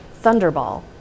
Thunderball